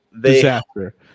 Disaster